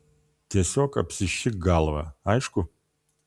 tiesiog apsišik galvą aišku